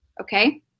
okay